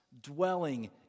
Dwelling